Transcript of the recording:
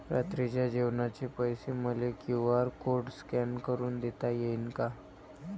रात्रीच्या जेवणाचे पैसे मले क्यू.आर कोड स्कॅन करून देता येईन का?